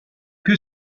que